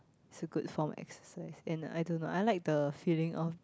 it's a good form exercise and I don't know I like the feeling of